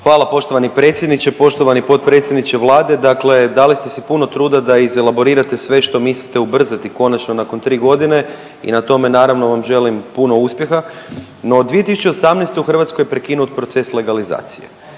Hvala poštovani predsjedniče. Poštovani potpredsjedniče Vlade. Dakle, dali ste si puno truda da izelaborirate sve što mislite ubrzati konačno nakon tri godine i na tome naravno vam želim puno uspjeha. No 2018. u Hrvatskoj je prekinut proces legalizacije,